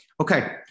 Okay